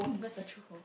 where's your true home